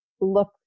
look